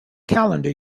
calendar